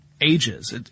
ages